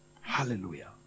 Hallelujah